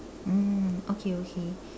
mm okay okay